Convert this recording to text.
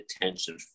attention